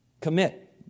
Commit